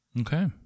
Okay